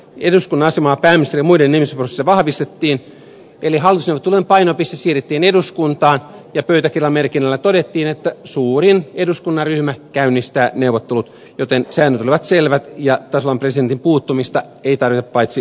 eduskunnan asemaa pääministerin ja muiden nimitysprosessissa vahvistettiin eli hallitusneuvottelujen painopiste siirrettiin eduskuntaan ja pöytäkirjamerkinnällä todettiin että suurin eduskunnan ryhmä käynnistää neuvottelut joten säännöt olivat selvät ja tasavallan presidentin puuttumista ei tarvita paitsi kriisitilanteissa